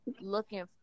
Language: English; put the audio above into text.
looking